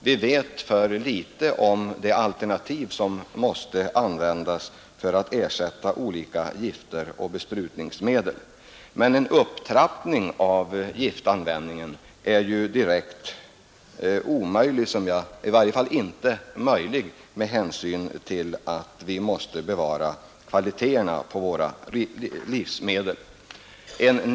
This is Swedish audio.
Vi vet för litet om möjligheterna att ersätta olika gifter och besprutningsmedel och vad som då händer. En upptrappning av giftanvändningen är helt oacceptabel med hänsyn till att vi måste uppmärksamma kvaliteten på våra livsmedel.